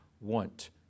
want